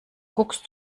guckst